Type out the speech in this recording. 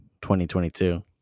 2022